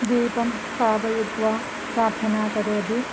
दीपं स्थापयित्वा प्रार्थनां करोति